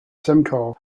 simcoe